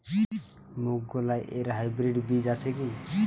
মুগকলাই এর হাইব্রিড বীজ আছে কি?